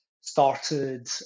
started